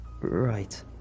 Right